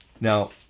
Now